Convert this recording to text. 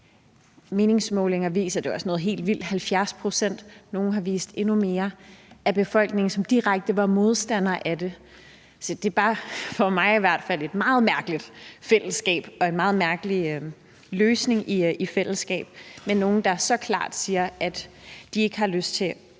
Meningsmålinger viser, og det er jo også helt vildt, at det er 70 pct., og nogle har vist endnu mere, af befolkningen, som var direkte modstandere af det. Det er for mig i hvert fald bare et meget mærkeligt fællesskab og en meget mærkelig løsning i fællesskab, når det er med nogle, der så klart siger, at de ikke har lyst til at